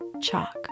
Chalk